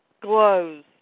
glows